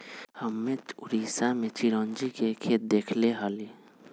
हम्मे उड़ीसा में चिरौंजी के खेत देखले हली